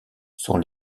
sont